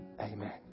Amen